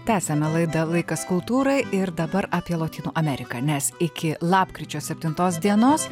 tęsiame laida laikas kultūrai ir dabar apie lotynų ameriką nes iki lapkričio septintos dienos